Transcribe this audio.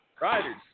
Riders